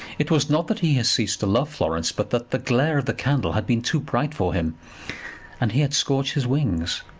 it was not that he had ceased to love florence but that the glare of the candle had been too bright for him and he had scorched his wings.